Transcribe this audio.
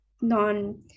non